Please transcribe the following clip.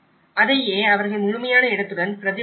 அதையே அவர்கள் முழுமையான இடத்துடன் பிரதிபலிக்கிறார்கள்